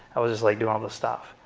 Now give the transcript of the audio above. i was just like doing all the stuff.